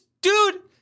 dude